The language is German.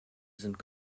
sind